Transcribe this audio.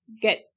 get